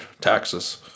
Taxes